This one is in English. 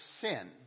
sin